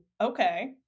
okay